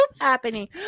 happening